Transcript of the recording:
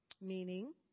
Meaning